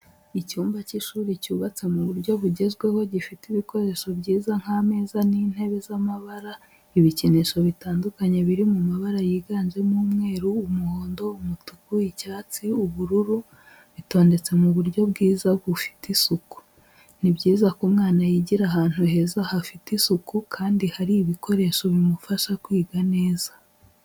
Icyumba cy'ishuri cyubatse mu buryo bugezweho gifite ibikoresho byiza nk'ameza n'intebe z'amabara, ibikinisho bitandukanye biri mu mabara yiganjemo umweru, umuhondo, umutuku, icyatsi, ubururu bitondetse mu buryo bwiza bufite isuku. Ni byiza ko umwana yigira ahantu heza hafite isuku kandi hari ibikoresho bimufasha kwiga neza.